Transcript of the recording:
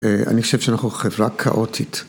‫אני חושב שאנחנו חברה כאוטית.